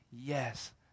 yes